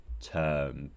term